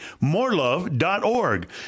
morelove.org